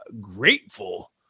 grateful